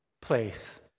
place